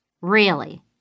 Really